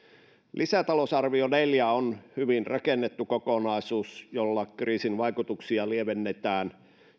lisätalousarvio on hyvin rakennettu kokonaisuus jolla kriisin vaikutuksia lievennetään